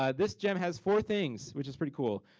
ah this gem has four things, which is pretty cool.